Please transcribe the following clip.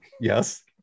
Yes